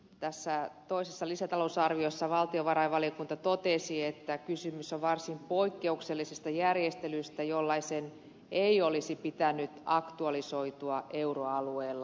tässä toisessa lisätalousarviossa valtiovarainvaliokunta totesi että kysymys on varsin poikkeuksellisesta järjestelystä jollaisen ei olisi pitänyt aktualisoitua euroalueella